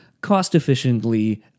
cost-efficiently